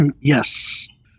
Yes